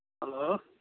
hello